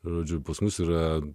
žodžiu pas mus yra